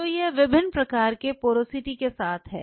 तो यह विभिन्न प्रकार के पोरोसिटी के साथ है